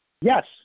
Yes